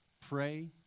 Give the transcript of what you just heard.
pray